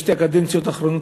בשתי הקדנציות האחרונות,